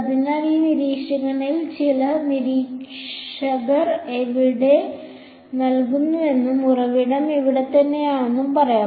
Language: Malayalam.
അതിനാൽ ഈ നിരീക്ഷകനിൽ ചില നിരീക്ഷകർ ഇവിടെ നിൽക്കുന്നുവെന്നും ഉറവിടം ഇവിടെത്തന്നെയാണെന്നും പറയാം